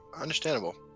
Understandable